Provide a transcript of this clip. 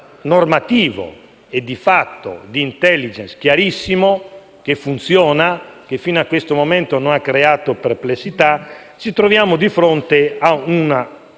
normativo e di fatto di *intelligence* chiarissimo che funziona, che fino a questo momento non ha creato perplessità, ci troviamo di fronte ad un